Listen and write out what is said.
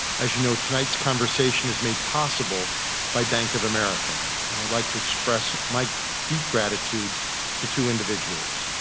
as you know tonight's conversation is made possible by bank of america, and i'd like to express my deep gratitude to two individuals.